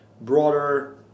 broader